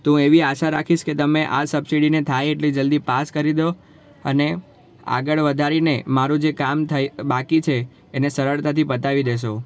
તો હું એવી આશા રાખીશ કે તમે આ સબસિડીને થાય એટલી જલ્દી પાસ કરી દો અને આગળ વધારીને મારું જે કામ થાય બાકી છે એને સરળતાથી પતાવી દેશો